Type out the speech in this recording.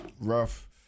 rough